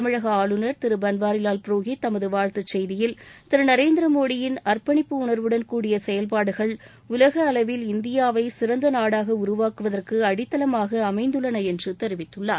தமிழக ஆளுநர் திரு பன்வாரிவால் புரோஹித் தமது வாழ்த்துச் செய்தியில் திரு நரேந்திர மோடியின் அர்ப்பணிப்பு உணர்வுடன் கூடிய செயல்பாடுகள் உலக அளவில் இந்தியாவை சிறந்த நாடாக உருவாக்குவதற்கு அடித்தளமாக அமைந்துள்ளன என்று தெரிவித்துள்ளார்